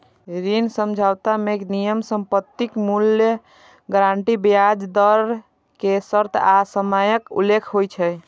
ऋण समझौता मे नियम, संपत्तिक मूल्य, गारंटी, ब्याज दर के शर्त आ समयक उल्लेख होइ छै